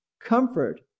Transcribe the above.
comfort